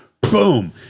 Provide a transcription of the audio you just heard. boom